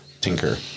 tinker